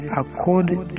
according